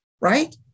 right